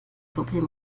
probleme